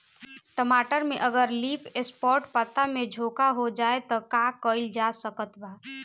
टमाटर में अगर लीफ स्पॉट पता में झोंका हो जाएँ त का कइल जा सकत बा?